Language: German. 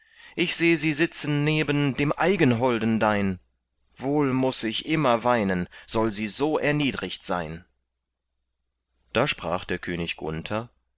ich seh sie sitzen neben dem eigenholden dein wohl muß ich immer weinen soll sie so erniedrigt sein da sprach der könig gunther